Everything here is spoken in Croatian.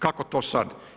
Kako to sad?